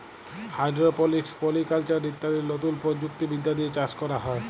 hydroponics, polyculture ইত্যাদি লতুন প্রযুক্তি বিদ্যা দিয়ে চাষ ক্যরা হ্যয়